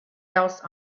else